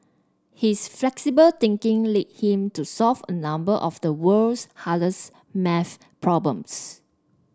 his flexible thinking led him to solve a number of the world's hardest math problems